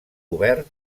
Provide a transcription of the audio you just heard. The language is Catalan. cobert